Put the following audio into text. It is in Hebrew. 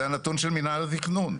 זה הנתון של מינהל התכנון.